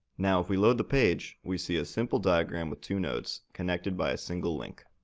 now, if we load the page, we see a simple diagram with two nodes, connected by a single link.